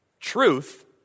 Truth